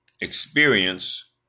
experience